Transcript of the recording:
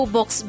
Box